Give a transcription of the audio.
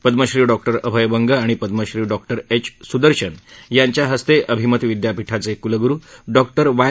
Padmashri doctor Abhay Bang आणि Padma Shri doctor H Sudarshan यांच्या हस्ते अभिमत विद्यापीठाचे कुलगुरू डॉ वाय